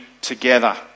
together